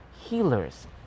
healers